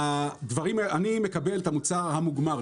אני מקבל את המוצר המוגמר.